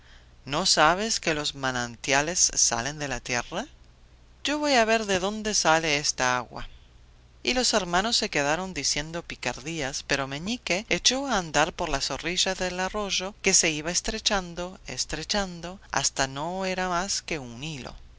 no sabes que los manantiales salen de la tierra yo voy a ver de dónde sale esta agua y los hermanos se quedaron diciendo picardías pero meñique echó a andar por la orilla del arroyo que se iba estrechando estrechando hasta que no era más que un hilo y